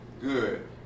good